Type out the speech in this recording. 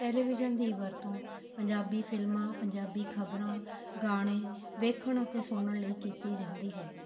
television ਦੀ ਵਰਤੋਂ ਪੰਜਾਬੀ ਫਿਲਮਾਂ ਪੰਜਾਬੀ ਖਬਰਾਂ ਗਾਣੇ ਵੇਖਣ ਅਤੇ ਸੁਣਨ ਲਈ ਕੀਤੀ ਜਾਂਦੀ ਹੈ